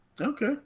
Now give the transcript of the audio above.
Okay